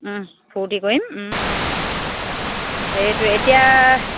ফূৰ্তি কৰিম সেইটোৱে এতিয়া